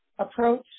Approach